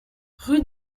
rue